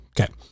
okay